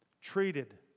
treated